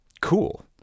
cool